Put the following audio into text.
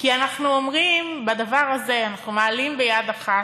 כי אנחנו אומרים: בדבר הזה אנחנו מעלים ביד אחת,